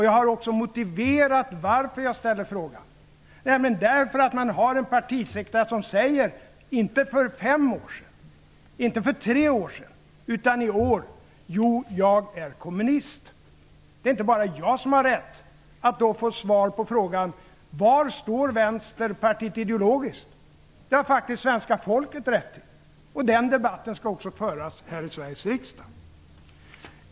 Jag har också motiverat varför jag ställer frågan, nämligen därför att man har en partisekreterare som säger, inte för fem år sedan, inte för tre år sedan, utan i år: Jo, jag är kommunist. Det är inte bara jag som har rätt att då få svar på frågan: Var står Vänsterpartiet ideologiskt? Det har faktiskt svenska folket rätt till. Och den debatten skall också föras här i Sveriges riksdag.